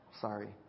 sorry